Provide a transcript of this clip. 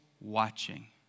watching